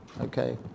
okay